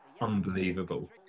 unbelievable